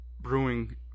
brewing